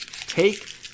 Take